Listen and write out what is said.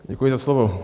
Děkuji za slovo.